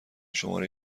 شماره